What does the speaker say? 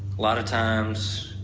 lot of times,